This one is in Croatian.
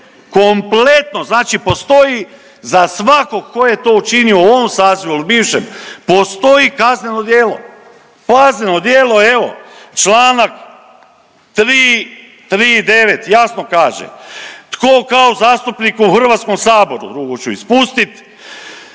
kompletno, znači postoji za svakog ko je to učinio u ovom sazivu ili bivšem postoji kazneno djelo. Kazneno djelo evo čl. 3. i 9. jasno kaže tko kao zastupnik u HS-u, drugo ću ispustit,